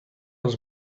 els